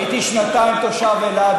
הייתי שנתיים תושב אילת,